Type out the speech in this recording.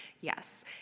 yes